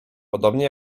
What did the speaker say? podobnie